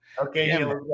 Okay